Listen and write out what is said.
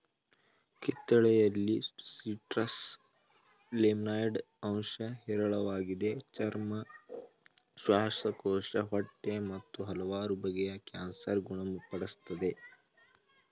ಕಿತ್ತಳೆಯಲ್ಲಿ citrus limonoid ಅಂಶ ಹೇರಳವಾಗಿದೆ ಚರ್ಮ ಶ್ವಾಸಕೋಶ ಹೊಟ್ಟೆ ಮತ್ತು ಹಲವಾರು ಬಗೆಯ ಕ್ಯಾನ್ಸರ್ ಗುಣ ಪಡಿಸ್ತದೆ